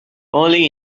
only